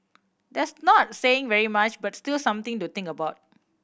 that's not saying very much but still something to think about